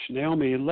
Naomi